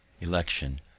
election